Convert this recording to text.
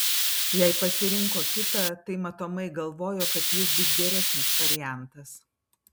jei pasirinko kitą tai matomai galvojo kad jis bus geresnis variantas